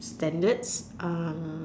standards um